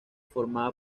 formaba